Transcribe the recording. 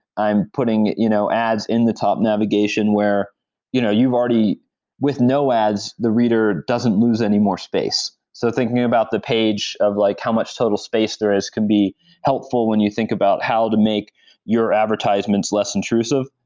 i'm putting you know ads in the top navigation, where you know you've already with no ads, the reader doesn't lose any more space so thinking about the page of like how much total space there is can be helpful when you think about how to make your advertisements less intrusive.